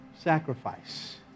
sacrifice